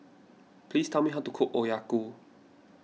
please tell me how to cook